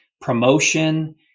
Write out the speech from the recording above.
promotion